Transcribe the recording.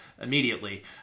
immediately